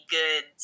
good